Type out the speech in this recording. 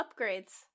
upgrades